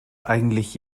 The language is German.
eigentlich